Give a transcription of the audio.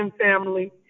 family